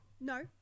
no